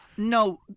No